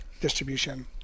distribution